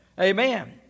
Amen